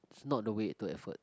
not the wait to effort